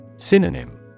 Synonym